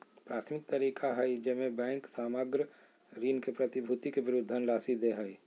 प्राथमिक तरीका हइ जेमे बैंक सामग्र ऋण के प्रतिभूति के विरुद्ध धनराशि दे हइ